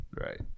right